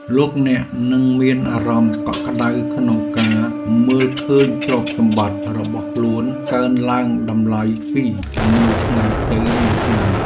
លោកអ្នកនឹងមានអារម្មណ៍កក់ក្តៅក្នុងការមើលឃើញទ្រព្យសម្បត្តិរបស់ខ្លួនកើនឡើងតម្លៃពីមួយថ្ងៃទៅមួយថ្ងៃ។